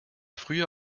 früher